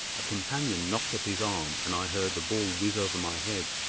a companion knocked up his arm, and i heard the ball whizz over my head.